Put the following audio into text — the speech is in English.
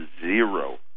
zero